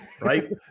right